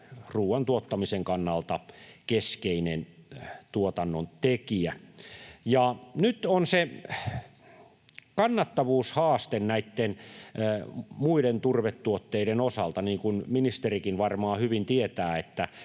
ruoan tuottamisen kannalta keskeinen tuotannontekijä. Nyt on se kannattavuushaaste näiden muiden turvetuotteiden osalta. Niin kuin ministerikin varmaan hyvin tietää, niin